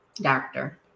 doctor